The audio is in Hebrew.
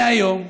מהיום,